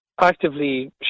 actively